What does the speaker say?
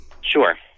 sure